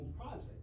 project